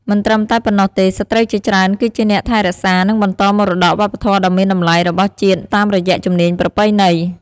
មិនត្រឹមតែប៉ុណ្ណោះទេ ស្ត្រីជាច្រើនគឺជាអ្នកថែរក្សា និងបន្តមរតកវប្បធម៌ដ៏មានតម្លៃរបស់ជាតិតាមរយៈជំនាញប្រពៃណី។